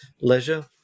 leisure